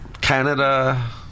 Canada